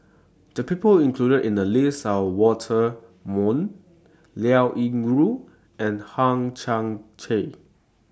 The People included in The list Are Walter Woon Liao Yingru and Hang Chang Chieh